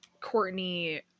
Courtney